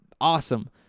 awesome